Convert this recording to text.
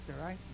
right